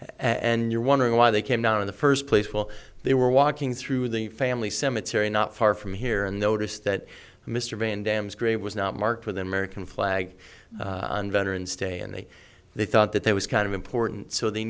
and you're wondering why they came down in the first place while they were walking through the family cemetery not far from here and noticed that mr van dam's grave was not marked with an american flag on veterans day and they thought that there was kind of important so they